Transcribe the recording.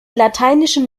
lateinischen